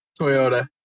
Toyota